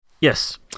Yes